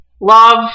love